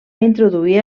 introduir